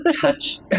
Touch